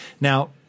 Now